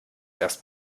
erst